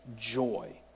joy